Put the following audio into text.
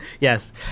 Yes